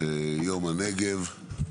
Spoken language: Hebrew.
יום הנגב,